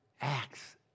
acts